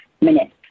minutes